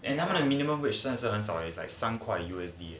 and 他们的 minimum wage 是很少 is like 三块 U_S_D eh